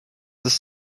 ist